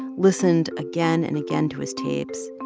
listened again and again to his tapes,